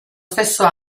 stesso